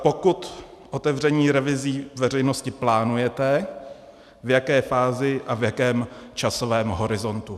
Pokud otevřením revizí veřejnosti plánujete, v jaké fázi a v jakém časovém horizontu.